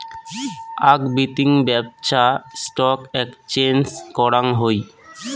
আক বিতিং ব্যপছা স্টক এক্সচেঞ্জ করাং হই